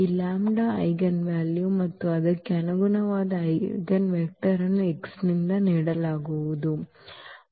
ಈ lambda eigenvalue ಮತ್ತು ಅದಕ್ಕೆ ಅನುಗುಣವಾದ ಐಜೆನ್ವೆಕ್ಟರ್ ಅನ್ನು x ನಿಂದ ನೀಡಲಾಗುವುದು